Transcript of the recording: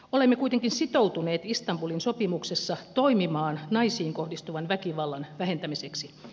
olemme kuitenkin sitoutuneet istanbulin sopimuksessa toimimaan naisiin kohdistuvan väkivallan vähentämiseksi